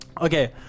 Okay